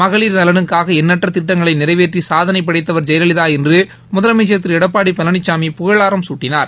மகளிர் நலனுக்காக எண்ணற்ற திட்டங்களை நிறைவேற்றி சாதனை படைத்தவர் ஜெயலலிதா என்று முதலமைச்சர் திரு எடப்பாடி பழனினமி புகழாரம் சூட்டினார்